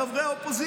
חבל.